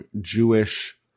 Jewish